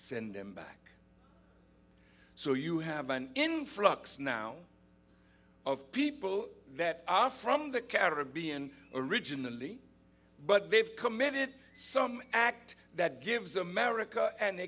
send them back so you have an influx now of people that are from the caribbean originally but they've committed some act that gives america an